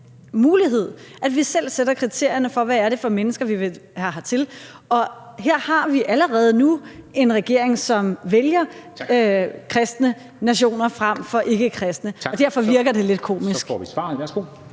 mulighed, at vi selv sætter kriterierne for, hvad det er for mennesker, vi vil have hertil. Og her har vi allerede nu en regering, som vælger kristne nationer frem for ikkekristne, og derfor virker det lidt komisk. Kl. 18:37